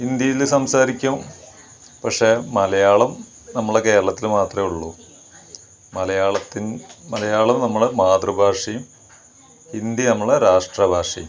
ഹിന്ദിയിൽ സംസാരിക്കും പക്ഷേ മലയാളം നമ്മളുടെ കേരളത്തില് മാത്രമെ ഉള്ളൂ മലയാളത്തിന് മലയാളം നമ്മളുടെ മാതൃ ഭാഷയും ഹിന്ദി നമ്മളുടെ രാഷ്ട്ര ഭാഷയും